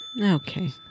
Okay